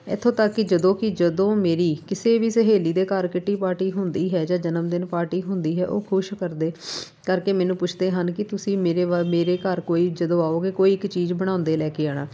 ਇੱਥੋਂ ਤੱਕ ਕਿ ਜਦੋਂ ਕਿ ਜਦੋਂ ਮੇਰੀ ਕਿਸੇ ਵੀ ਸਹੇਲੀ ਦੇ ਘਰ ਕਿੱਟੀ ਪਾਰਟੀ ਹੁੰਦੀ ਹੈ ਜਾਂ ਜਨਮਦਿਨ ਪਾਰਟੀ ਹੁੰਦੀ ਹੈ ਉਹ ਖੁਸ਼ ਕਰਦੇ ਕਰਕੇ ਮੈਨੂੰ ਪੁੱਛਦੇ ਹਨ ਕਿ ਤੁਸੀਂ ਮੇਰੇ ਵ ਮੇਰੇ ਘਰ ਕੋਈ ਜਦੋਂ ਆਉਗੇ ਕੋਈ ਇੱਕ ਚੀਜ਼ ਬਣਾਉਂਦੇ ਲੈ ਕੇ ਆਉਣਾ